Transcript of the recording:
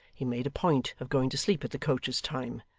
he made a point of going to sleep at the coach's time.